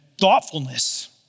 thoughtfulness